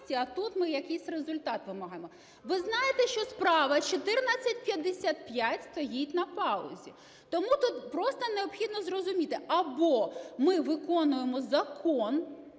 а тут - ми якийсь результат вимагаємо. Ви знаєте, що справа 1455 стоїть на паузі. Тому тут просто необхідно зрозуміти: або ми виконуємо закон